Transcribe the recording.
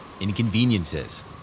inconveniences